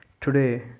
today